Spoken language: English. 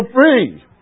free